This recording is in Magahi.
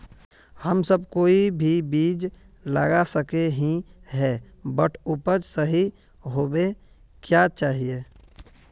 हम सब कोई भी बीज लगा सके ही है बट उपज सही होबे क्याँ चाहिए?